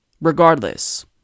regardless